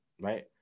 right